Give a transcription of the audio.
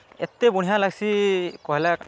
ଏତେ ବଢ଼ିଆ ଲାଗ୍ସି କହେଲେ